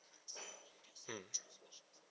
mm